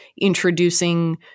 introducing